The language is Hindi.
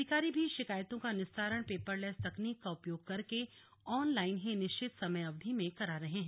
अधिकारी भी शिकायतों का निस्तारण पेपरलेस तकनीक का उपयोग करके ऑनलाइन ही निश्चित समय अवधि में करा रहे हैं